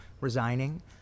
resigning